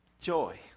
joy